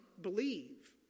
believe